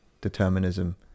determinism